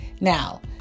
Now